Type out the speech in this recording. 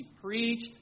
preached